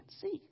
see